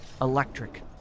electric